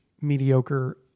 mediocre